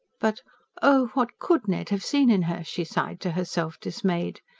but oh, what could ned have seen in her? she sighed to herself dismayed.